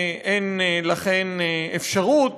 ולכן אין אפשרות